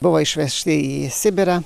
buvo išvežti į sibirą